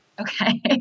Okay